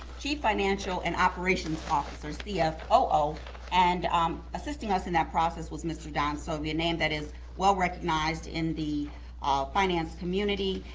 chief financial and operations officer, cfoo. and um assisting us in that process was mr. don sovey a name that is well-recognized in the finance community.